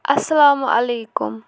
اَسَلامُ علیکُم